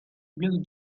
blue